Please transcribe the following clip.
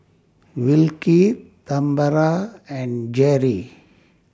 Wilkie Tambra and Jeri